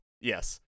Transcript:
Yes